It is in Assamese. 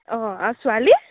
অঁ আৰু ছোৱালী